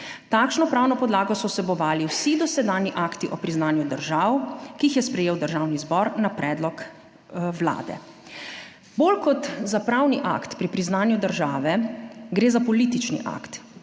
Takšno pravno podlago so vsebovali vsi dosedanji akti o priznanju držav, ki jih je sprejel Državni zbor na predlog Vlade. Bolj kot za pravni akt pri priznanju države gre za politični akt,